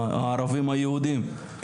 הערבים היהודים,